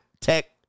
Tech